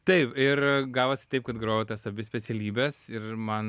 taip ir gavosi taip kad grojau tas abi specialybes ir man